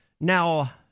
now